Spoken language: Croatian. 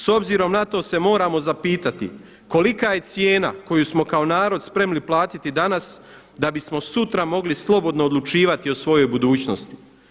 S obzirom na to se moramo zapitati kolika je cijena koju smo kao narod spremni platiti danas da bismo sutra mogli slobodno odlučivati o svojoj budućnosti.